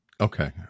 Okay